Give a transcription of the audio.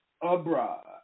abroad